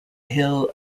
hill